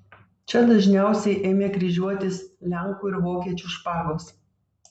čia dažniausiai ėmė kryžiuotis lenkų ir vokiečių špagos